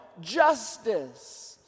justice